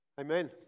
Amen